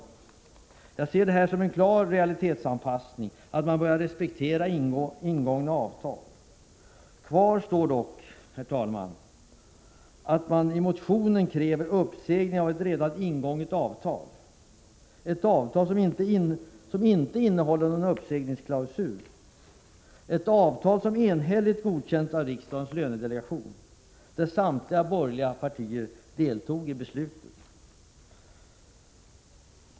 Sdetstatliör Jag ser det som en klar realitetsanpassning att man börjar respektera RE CESACR reglerade området Kvar står dock, herr talman, att man i motionen kräver uppsägning av ett redan ingånget avtal — ett avtal som inte innehåller någon uppsägningsklausul, ett avtal som enhälligt har godkänts av riksdagens lönedelegation, där samtliga borgerliga partier deltog i beslutet.